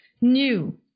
new